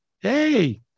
Hey